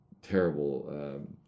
terrible